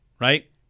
right